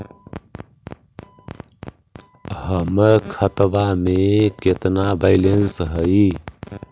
हमर खतबा में केतना बैलेंस हई?